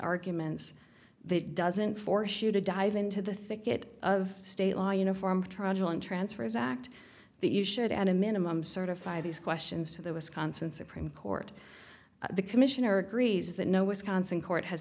arguments that doesn't force you to dive into the thicket of state law uniform trundling transfer his act that you should at a minimum certify these questions to the wisconsin supreme court the commissioner agrees that no wisconsin court has